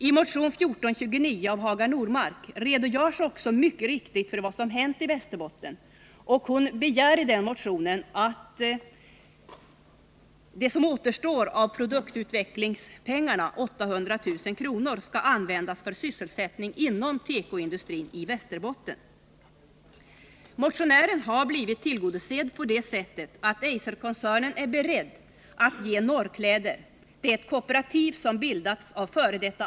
I motion 1429 av Hagar Normark redogörs för vad som hänt i Västerbotten. Hon begär i motionen att det som återstår av produktutvecklingspengarna — 800 000 kr. — skall användas för sysselsättningen inom tekoindustrin i Västerbotten. Motionärens önskemål har blivit tillgodosett på det sättet att Eiserkoncernen är beredd att ge Norrkläder — det kooperativ som bildats av f. d.